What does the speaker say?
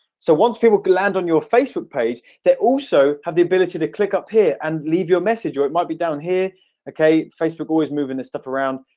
so once people land on your facebook page they also have the ability to click up here and leave your message, or it might be down here okay, facebook boy is moving this stuff around,